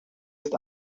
ist